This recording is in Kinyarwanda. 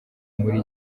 muri